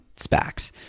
SPACs